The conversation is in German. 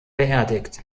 beerdigt